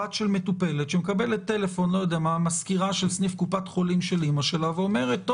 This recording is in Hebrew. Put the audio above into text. שבו אדם מפקיד את ייפוי הכוח ויש את השלב